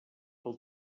pel